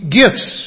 gifts